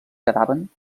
quedaven